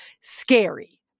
scary